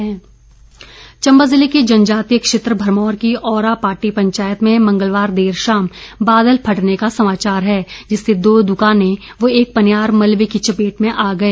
बादल चंबा जिले के जनजातीय क्षेत्र भरमौर की ओरा पाटी पंचायत में मंगलवार देर शाम बादल फटने का समाचार है जिससे दो दुकानें व एक पनियार मलबे की चपेट में आ गए